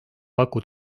paku